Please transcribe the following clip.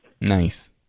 Nice